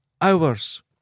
Hours